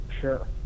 Sure